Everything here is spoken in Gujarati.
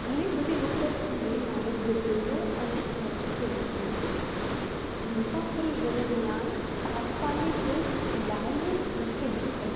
ઘણી બધી વખત મેં મારી ગઝલો અને આર્ટિકલોને મુસાફરી દરમિયાન તાત્કાલિક જ લાઈવ જ લખેલી છે